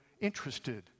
interested